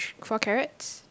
thr~ four carrots